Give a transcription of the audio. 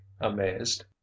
amazed